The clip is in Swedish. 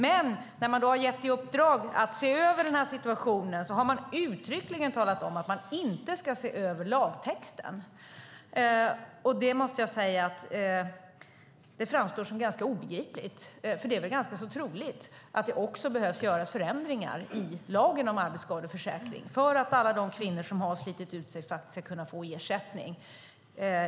Men när man har gett i uppdrag att se över den här situationen har man uttryckligen talat om att lagtexten inte ska ses över. Det framstår som obegripligt, för det är ganska troligt att det behöver göras förändringar i lagen om arbetsskadeförsäkringen för att alla de kvinnor som har slitit ut sig faktiskt ska kunna få ersättning.